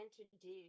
introduce